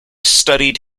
studied